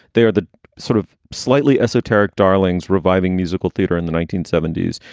they are the sort of slightly esoteric darlings reviving musical theater in the nineteen seventy s.